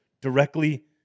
directly